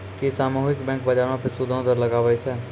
कि सामुहिक बैंक, बजारो पे सूदो दर लगाबै छै?